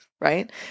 right